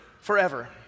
forever